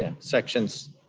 and sections